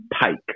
Pike